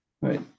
right